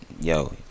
Yo